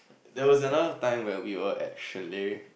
there was another time where we were at chalet